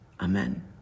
Amen